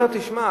הוא אומר: תשמע,